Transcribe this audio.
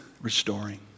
restoring